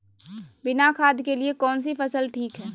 बिना खाद के लिए कौन सी फसल ठीक है?